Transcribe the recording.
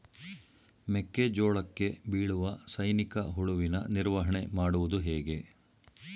ಮೆಕ್ಕೆ ಜೋಳಕ್ಕೆ ಬೀಳುವ ಸೈನಿಕ ಹುಳುವಿನ ನಿರ್ವಹಣೆ ಮಾಡುವುದು ಹೇಗೆ?